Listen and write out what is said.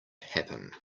happen